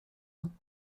ans